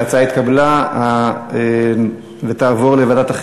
ההצעה התקבלה ותעבור לוועדת